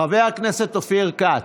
חבר הכנסת אופיר כץ,